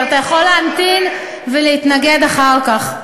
אבל אתה יכול להמתין ולהתנגד אחר כך.